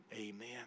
Amen